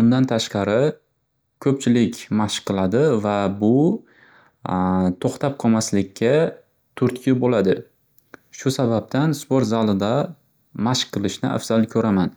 undan tashqari ko'pchilik mashq qiladi va bu to'xtab qomaslikka turtki bo'ladi. Shu sababdan sport zalida mashq qilishni afzal ko'raman.